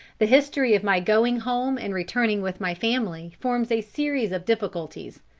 the history of my going home and returning with my family forms a series of difficulties,